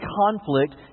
conflict